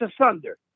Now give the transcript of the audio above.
asunder